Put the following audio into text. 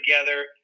together